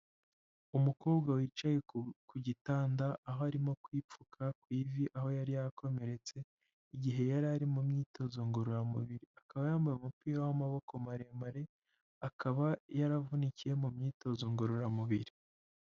Umukobwa wicaye ku gitanda, aho arimo kwipfuka ku ivi aho yari yakomeretse igihe yari ari mu myitozo ngororamubiri, akaba yambaye umupira w'amaboko maremare, akaba yaravunikiye mu myitozo ngororamubiri.